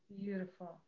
Beautiful